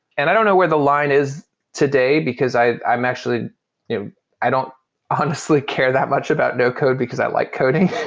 and i don't know where the line is today, because i'm actually you know i don't honestly care that much about no code, because i like coding.